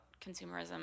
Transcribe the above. consumerism